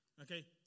Okay